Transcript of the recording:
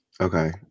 Okay